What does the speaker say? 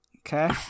Okay